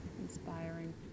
inspiring